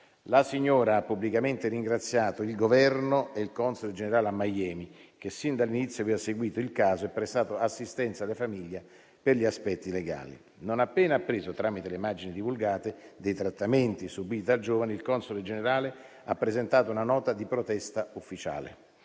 La signora ha pubblicamente ringraziato il Governo e il console generale a Miami, che sin dall'inizio aveva seguito il caso e prestato assistenza alla famiglia per gli aspetti legali. Non appena appreso, tramite le immagini divulgate, dei trattamenti subiti dal giovane, il console generale ha presentato una nota di protesta ufficiale.